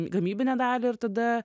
gamybinę dalį ir tada